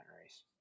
race